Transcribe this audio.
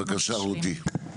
בבקשה, רותי.